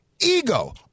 Ego